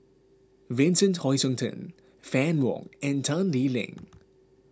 Vincent Hoisington Fann Wong and Tan Lee Leng